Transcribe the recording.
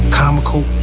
comical